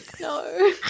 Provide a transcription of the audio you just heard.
No